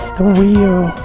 the wheel,